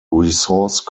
resource